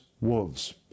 wolves